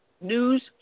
News